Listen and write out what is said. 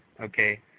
Okay